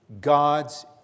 God's